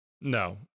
no